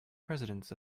presidents